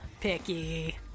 Picky